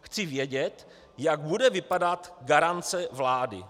Chci vědět, jak bude vypadat garance vlády.